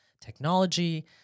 technology